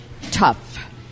tough